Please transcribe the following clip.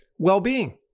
well-being